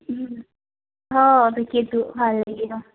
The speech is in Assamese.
অঁ তাকেইতো ভাল লাগিব